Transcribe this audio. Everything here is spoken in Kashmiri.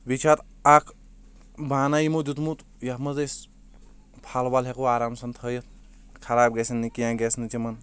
بییٚہِ چھِ اتھ اکھ بانہٕ یمو دِیتمُت یتھ منٛز أسۍ پھل ول ہیٚکو آرام سان تھٲیتھ خراب گھژھہِ نہ کینٛہہ گژھہِ نہٕ تِمن